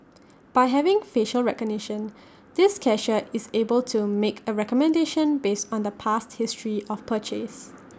by having facial recognition this cashier is able to make A recommendation based on the past history of purchase